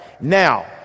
Now